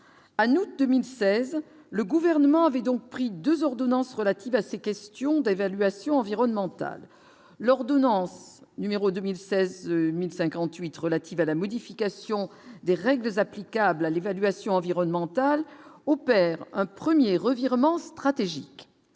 à nous 2016, le gouvernement avait donc pris 2 ordonnances relatives à ces questions d'évaluation environnementale l'ordonnance numéro 2000 16058 relative à la modification des règles applicables à l'évaluation environnementale opère un 1er revirement stratégique